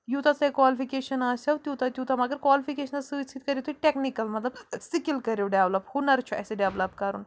یوٗتاہ تۄہہِ کالفِکیشَن آسیو تیوٗتاہ تیوٗتاہ مگر کالفِکیشنَس سۭتۍ سۭتۍ کٔرِو تُہۍ ٹٮ۪کنِکَل مطلب سِکِل کٔرِو ڈٮ۪ولَپ ہُنَر چھُ اَسہِ ڈٮ۪ولَپ کَرُن